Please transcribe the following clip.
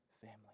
family